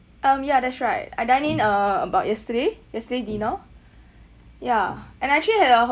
um ya that's right I dine in uh about yesterday yesterday dinner ya and I actually had a